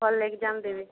ଭଲ ଏକଜାମ ଦେବେ